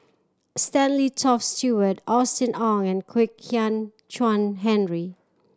Stanley Toft Stewart Austen Ong and Kwek Hian Chuan Henry